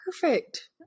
Perfect